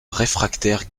réfractaire